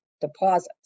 deposits